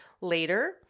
later